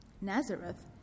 Nazareth